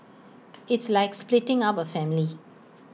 it's like splitting up A family